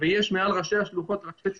ויש מעל ראשי השלוחות ראשי צוותים.